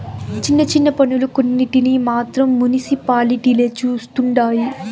చిన్న చిన్న పన్నులు కొన్నింటిని మాత్రం మునిసిపాలిటీలే చుస్తండాయి